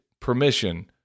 permission